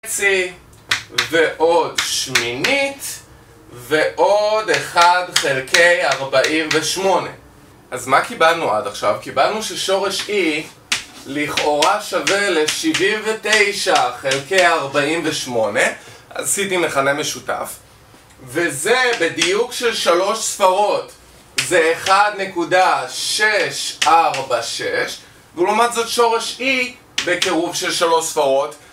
ועוד שמינית ועוד 1 חלקי 48 אז מה קיבלנו עד עכשיו? קיבלנו ששורש E לכאורה שווה ל 79 חלקי 48 עשיתי מכנה משותף וזה בדיוק של שלוש ספרות זה 1.646 ולעומת זאת שורש E בקירוב של שלוש ספרות